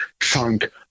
chunk